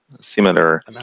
similar